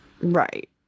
Right